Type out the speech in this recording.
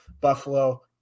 Buffalo